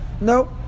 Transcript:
Nope